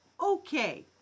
okay